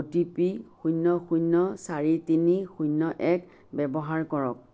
অ' T P শূন্য় শূন্য় চাৰি তিনি শূন্য় এক ব্যৱহাৰ কৰক